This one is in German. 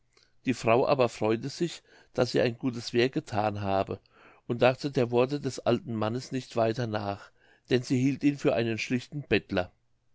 die frau aber freute sich daß sie ein gutes werk gethan habe und dachte der worte des alten mannes nicht weiter nach denn sie hielt ihn für einen schlichten bettler